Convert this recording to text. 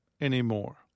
anymore